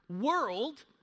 world